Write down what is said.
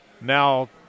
Now